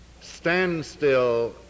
standstill